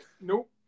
Nope